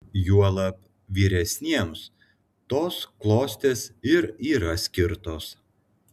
juolab vyresniems tos klostės ir yra skirtos